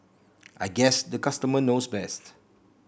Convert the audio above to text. I guess the customer knows best